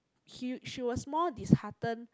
he she was more dishearten